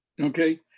Okay